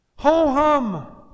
Ho-hum